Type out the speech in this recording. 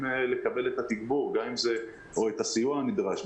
לקבל את התגבור או את הסיוע הנדרש,